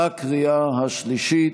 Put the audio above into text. בקריאה השלישית.